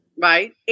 right